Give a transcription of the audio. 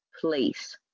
place